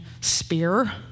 spear